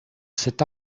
c’est